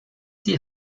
die